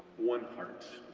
one heart.